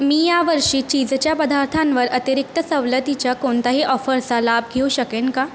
मी या वर्षी चीजच्या पदार्थांवर अतिरिक्त सवलतीच्या कोणत्याही ऑफरचा लाभ घेऊ शकेन का